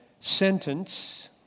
sentence